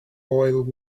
oiled